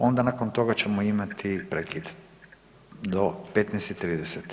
Onda nakon toga ćemo imati prekid do 15 i 30.